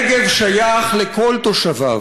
הנגב שייך לכל תושביו.